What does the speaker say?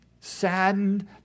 saddened